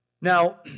Now